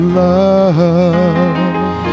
love